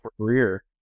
career